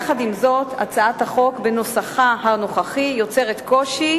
עם זאת, הצעת החוק בנוסחה הנוכחי יוצרת קושי,